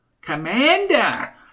Commander